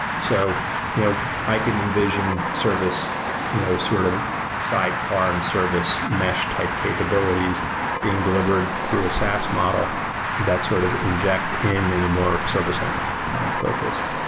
so you know i can envision service you know sort of sidecar and service mesh type capabilities being delivered through a saas model that sort of inject in in a more service owner focused.